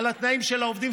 על התנאים של העובדים,